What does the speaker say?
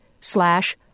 slash